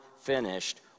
finished